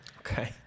Okay